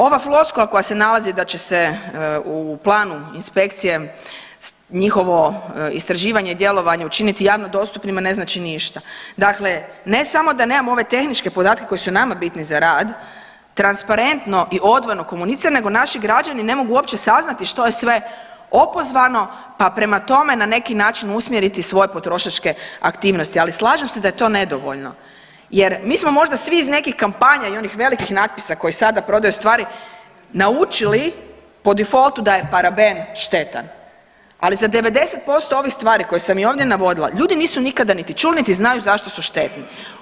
Ova floskula koja se nalazi da će se u planu inspekcije njihovo istraživanje i djelovanje učiniti javno dostupnima ne znači ništa, dakle ne samo da nemamo ove tehničke podatke koji su nama bitni za rad, transparentno i odvojeno komunicira nego naši građani ne mogu uopće saznati što je sve opozvano, pa prema tome na neki način usmjeriti svoje potrošačke aktivnosti, ali slažem se da je to nedovoljno jer mi smo možda svi iz nekih kampanja i onih velikih natpisa koji sada prodaju stvari naučili po difoltu da je paraben štetan, ali za 90% ovih stvari koje sam i ovdje navodila ljudi nisu nikada niti čuli niti znaju zašto su štetni.